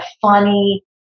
funny